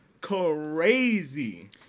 crazy